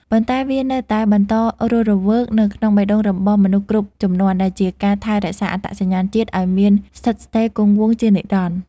ប៉ុន្តែវានៅតែបន្តរស់រវើកនៅក្នុងបេះដូងរបស់មនុស្សគ្រប់ជំនាន់ ដែលជាការថែរក្សាអត្តសញ្ញាណជាតិឱ្យមានស្ថិតស្ថេរគង់វង្សជានិរន្តរ៍។